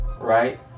right